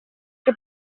che